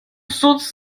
sonst